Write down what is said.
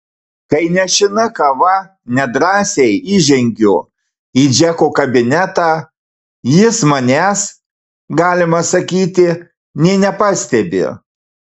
kai nešina kava nedrąsiai įžengiu į džeko kabinetą jis manęs galima sakyti nė nepastebi